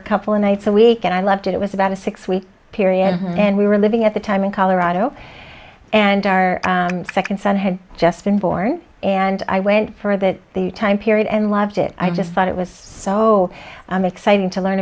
a couple of nights a week and i loved it it was about a six week period and we were living at the time in colorado and our second son had just been born and i went for that the time period and loved it i just thought it was so exciting to learn